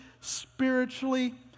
spiritually